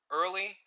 early